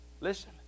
Listen